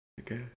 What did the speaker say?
Okay